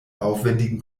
aufwändigen